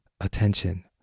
attention